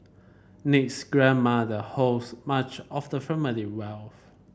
Nick's grandmother holds much of the family wealth